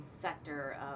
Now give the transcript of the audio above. sector